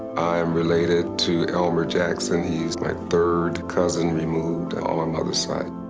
i'm related to elmer jackson. he's my third cousin removed on my mother's side.